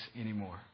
anymore